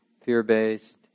fear-based